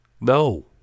No